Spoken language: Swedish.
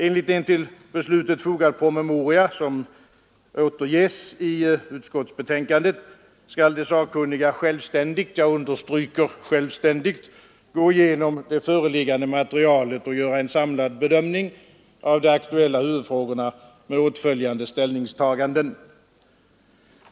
Enligt en till beslutet fogad promemoria, som återges i utskottsbetänkandet, ”skall de sakkunniga självständigt” — jag understryker självständigt — ”gå igenom det föreliggande materialet ——— och göra en samlad bedömning av de aktuella huvudfrågorna” med åtföljande ställningstaganden.